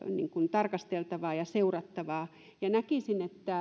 tarkasteltava ja seurattava ja näkisin että